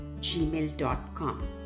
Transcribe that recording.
gmail.com